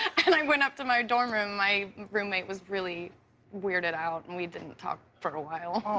and i went up to my dorm room. my roommate was really weirded out and we didn't talk for a while.